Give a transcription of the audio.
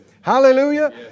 Hallelujah